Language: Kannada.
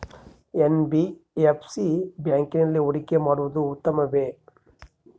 ಎನ್.ಬಿ.ಎಫ್.ಸಿ ಬ್ಯಾಂಕಿನಲ್ಲಿ ಹೂಡಿಕೆ ಮಾಡುವುದು ಉತ್ತಮವೆ?